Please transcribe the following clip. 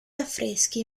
affreschi